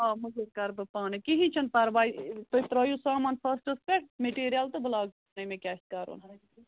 آ موٚزوٗر کَر بہٕ پانَے کِہیٖنٛۍ چھُنہٕ پَرواے تُہۍ ترٛٲیِو سامان فٔسٹَس پٮ۪ٹھ مِٹیٖریَل تہٕ بہٕ لاگہٕ مےٚ کیٛاہ آسہِ کَرُن حظ